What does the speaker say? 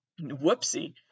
whoopsie